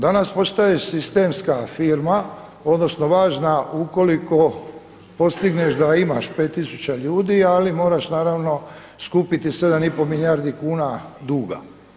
Danas postoji sistemska firma odnosno važna ukoliko postigneš da imaš 5 tisuća ljudi, ali moraš naravno skupiti 7 i pol milijardi kuna duga.